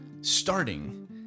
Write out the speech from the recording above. starting